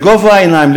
בגובה העיניים,